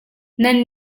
nan